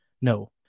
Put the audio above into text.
no